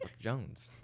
Jones